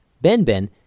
Ben-Ben